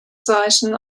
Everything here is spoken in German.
zeichen